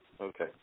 Okay